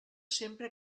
sempre